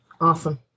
Awesome